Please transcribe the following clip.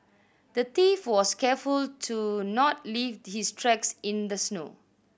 the thief was careful to not leave his tracks in the snow